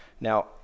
Now